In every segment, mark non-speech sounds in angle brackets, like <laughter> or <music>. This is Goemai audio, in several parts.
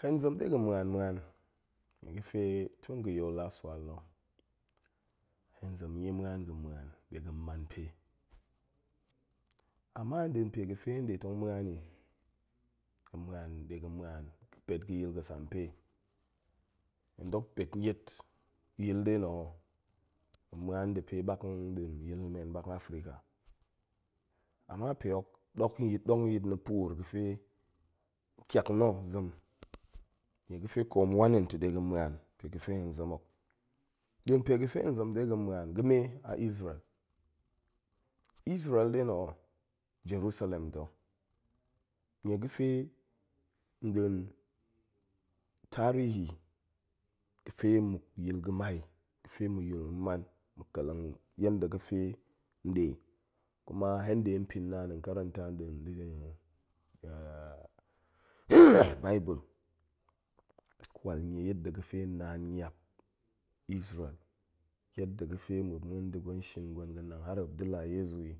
Hen zem de ga̱ ma̱an ma̱an nye ga̱fe tun ga̱ yool lasual na̱ hen zem nye ma̱an ga̱ ma̱an de ga̱n man pe, ama nd'in pe ga̱ fe hen ɗe tong ma̱an i, hen ma̱an de ga̱n ma̱an pet ga̱ yil ga̱sampe, hen dok pet niet yil nɗe na̱ ho, hen ma̱an nda̱ pe nɗin yil men ɓak n africa, amma pehok nok yi nong nyit na̱ puur gafe ƙiak na̱ zem, nie ga̱fe koom wan hen ta̱ de ga̱n ma̱an pega̱fe hen zem hok, nɗiin pega̱fe hen zem de ga̱n ma̱an ga̱me a isreal, isreal nɗe na̱ ho, jerusalem ta̱, nie ga̱fe nɗiin tarihi ga̱fe muk yil ga̱mai, ga̱fe ma̱ yil ma̱ man, ma̱ ƙeleng i, yanda ga̱fe nɗe kuma hen nɗe npin naan hen karanta ndiin <hesitation> <noise> bible, kwal nie yat da̱ ga̱fe naan niap isreal, yat ga̱fe muop nda̱ gwen shin gwen ga̱nang har muop da̱ la yezu i,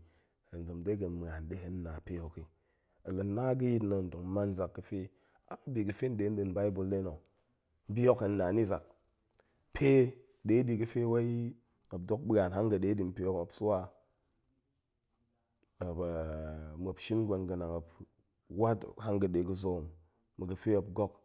hen zem de ga̱n ma̱an ɗe hen na pe hok i, hen la na ga̱ yit na̱ hen tong nan zak ga̱fe bi ga̱fe nɗe nɗiin bible nɗe na̱ o, bi hok hen na ni zak, pe nɗe diwai ga̱fe muop dok ɓa̱an hanga̱ɗe di npehok muop swa <hesitation> muop shin gwen ga̱nang, muop wat hanga̱ɗe ga̱ zoom ma̱gafe muop gok.